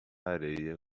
areia